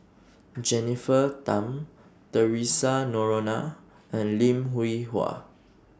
Jennifer Tham Theresa Noronha and Lim Hwee Hua